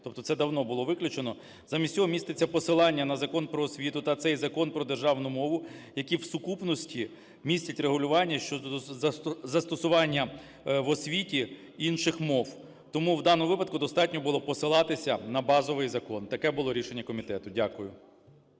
Тобто це давно було виключено. Замість цього міститься посилання на Закон "Про освіту" та цей Закон про державну мову, які в сукупності містять регулювання щодо застосування в освіті інших мов. Тому в даному випадку достатньо було посилатися на базовий закон. Таке було рішення комітету. Дякую.